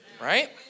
right